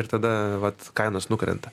ir tada vat kainos nukrenta